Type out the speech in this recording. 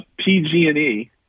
PGE